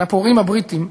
לפורעים הבריטים,